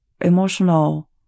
emotional